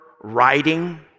writing